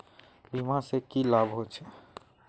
बीमा से की लाभ होचे?